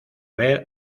ver